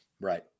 Right